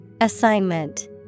Assignment